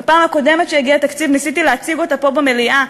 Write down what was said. בפעם הקודמת כשהגיע התקציב ניסיתי להציג אותה פה במליאה,